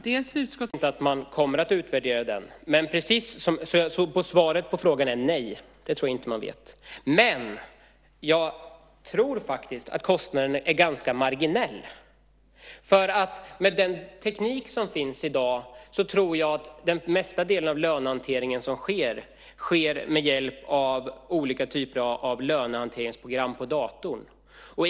Herr talman! I och med att lagen är ganska ny har man inte utvärderat den, och jag tror inte att man kommer att utvärdera den. Så svaret på frågan är: Nej, det tror jag inte att man vet. Men jag tror faktiskt att kostnaden är ganska marginell, för att med den teknik som finns i dag så tror jag att den största delen av lönehanteringen sker med hjälp av olika typer av lönehanteringsprogram på datorn.